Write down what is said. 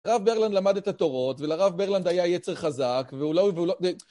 הרב ברלנד למד את התורות, ולרב ברלנד היה יצר חזק, והוא לא והוא לא...